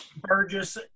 burgess